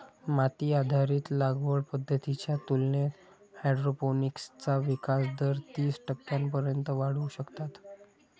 माती आधारित लागवड पद्धतींच्या तुलनेत हायड्रोपोनिक्सचा विकास दर तीस टक्क्यांपर्यंत वाढवू शकतात